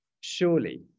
surely